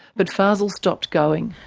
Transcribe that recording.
but fazel stopped going.